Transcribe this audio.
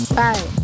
bye